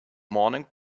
morning